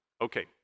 okay